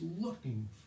looking